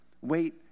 wait